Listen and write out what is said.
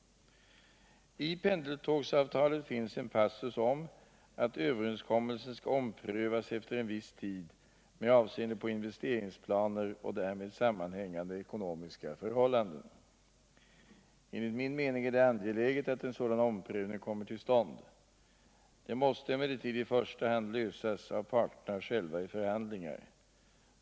I pendeltågsavtalet finns en passus om att överenskommelsen skall omprövas efter en viss tid med avseende på investeringsplaner och därmed sammanhängande ekonomiska förhållanden. Enligt min mening är det angeläget att en sådan omprövning kommer till stånd. Frågan måste emellertid i första hand lösas av parterna själva i förhandlingar.